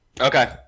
Okay